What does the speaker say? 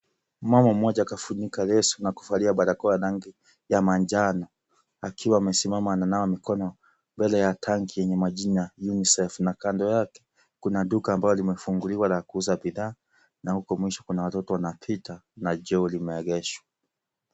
Mama mmoja kafunika leso na kuvalia barakoa ya rangi ya manjano, akiwa amesimama ananawa mikono mbele ya tanki yenye majina "UNICEF" na kando yake kuna duka ambalo limefunguliwa la kuuza bidhaa na uko mwisho kuna watoto wanapita na choo limeegeshwa.